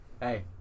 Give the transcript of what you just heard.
hey